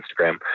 Instagram